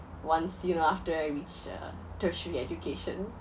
once you know after I reached uh tertiary education